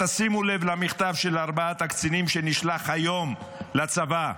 שימו לב למכתב של ארבעת הקצינים שנשלח היום לצבא.